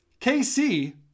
KC